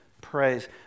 praise